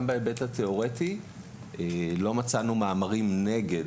גם בהיבט התיאורטי לא מצאנו מאמרים נגד.